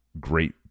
great